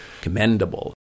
commendable